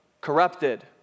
corrupted